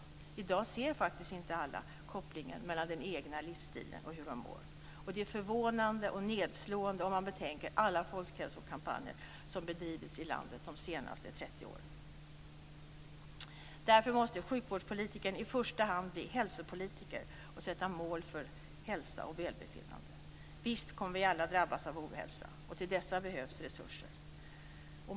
I dag ser faktiskt inte alla kopplingen mellan den egna livsstilen och hur man mår. Det är förvånande och nedslående om man betänker alla folkhälsokampanjer som bedrivits i landet de senaste 30 åren. Därför måste sjukvårdspolitikern i första hand bli hälsopolitiker och sätta mål för hälsa och välbefinnande. Visst kommer vi alla att drabbas av ohälsa och till detta behövs resurser.